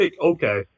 okay